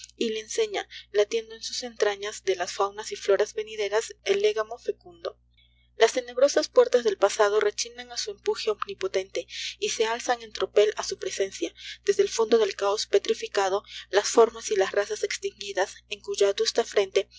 y le ensefia latiendo en sus entrafias de las faunas y floras venideras el légamo fecundo las tenebrosas puertas del pasado rechinan á su empujo omnipotente y se alzan en tropel á su presencia desde el fondo del caos petrificado las formas y las razas estinguidas en cuya adusta frente